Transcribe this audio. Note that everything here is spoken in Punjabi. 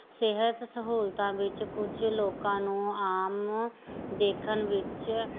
ਸਿਹਤ ਸਹੂਲਤਾਂ ਵਿੱਚ ਕੁਝ ਲੋਕਾਂ ਨੂੰ ਆਮ ਦੇਖਣ ਵਿੱਚ